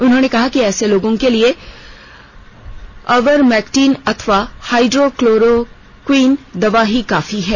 उन्होंने कहा कि ऐसे लोगों को लिए आइवरमेक्टिन अथवा हाइड्रोक्लोरोक्विन दवा ही काफी है